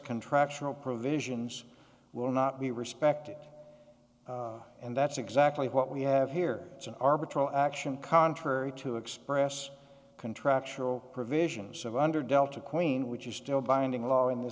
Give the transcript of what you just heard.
contractual provisions will not be respected and that's exactly what we have here it's an arbitrary action contrary to express contractual provisions of under delta queen which is still binding law in the